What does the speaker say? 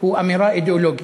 הם אמירה אידיאולוגית,